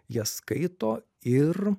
jas skaito ir